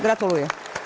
Gratuluję.